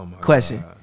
Question